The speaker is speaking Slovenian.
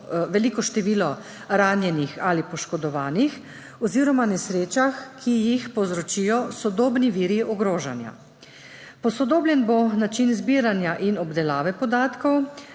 veliko število ranjenih ali poškodovanih, oziroma nesrečah, ki jih povzročijo sodobni viri ogrožanja. Posodobljen bo način zbiranja in obdelave podatkov